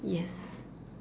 yes